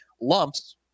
Lumps